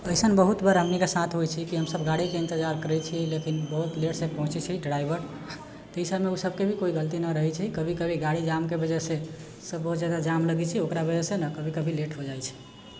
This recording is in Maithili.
अइसन बहुत बार हमनीके साथ होइ छै कि हमसब गाड़ीके इन्तजार करै छिए लेकिन बहुत लेटसँ पहुँचै छै ड्राइवर तऽ एहिसबमे ओसबके भी कोइ गलती नहि रहै छै कभी कभी गाड़ी जामके वजहसँ सब बहुत जादा जाम लगै छै ओकरा वजहसँ ने कभी कभी लेट हो जाइ छै